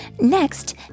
Next